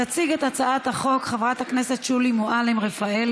תציג את הצעת החוק חברת הכנסת שולי מועלם-רפאלי,